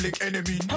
Enemy